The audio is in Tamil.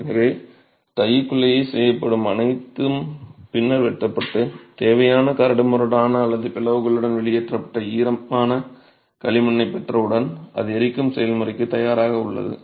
எனவே டைக்குள்ளேயே செய்யப்படும் அனைத்தும் பின்னர் வெட்டப்பட்டு தேவையான கரடுமுரடான அல்லது பிளவுகளுடன் வெளியேற்றப்பட்ட ஈரமான களிமண்ணைப் பெற்றவுடன் அது எரிக்கும் செயல்முறைக்கு தயாராக உள்ளது